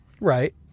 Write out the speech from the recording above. Right